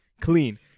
clean